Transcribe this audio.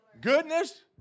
Goodness